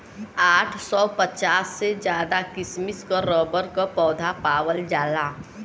आठ सौ पचास से ज्यादा किसिम क रबर क पौधा पावल जाला